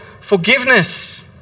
forgiveness